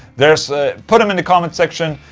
there's. put them in the comment section.